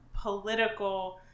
political